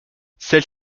celle